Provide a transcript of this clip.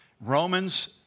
Romans